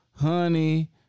honey